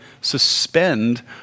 suspend